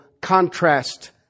contrast